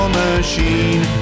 machine